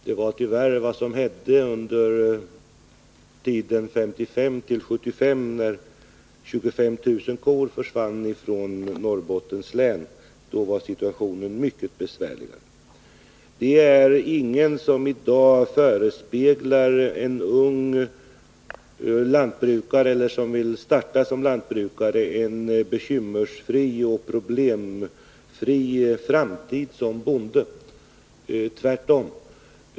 Det var tyvärr vad som hände under tiden 1955-1975, när 25 000 kor försvann ifrån Norrbottens län. Då var situationen mycket besvärligare. Det är ingen som i dag förespeglar en ung människa som vill starta som lantbrukare en bekymmersfri och problemfri framtid som bonde, tvärtom.